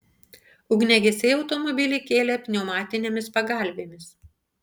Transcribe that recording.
ugniagesiai automobilį kėlė pneumatinėmis pagalvėmis